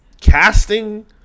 Casting